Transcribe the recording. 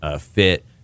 fit